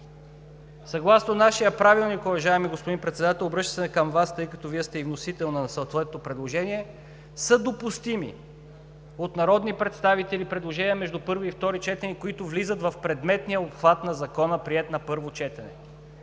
Съгласно нашия правилник, уважаеми господин Председател – обръщам се към Вас, тъй като Вие сте и вносител на съответното предложение, са допустими от народни представители предложения между първо и второ четене, които влизат в предметния обхват на закона, приет на първо четене.